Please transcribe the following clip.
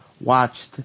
watched